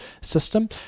system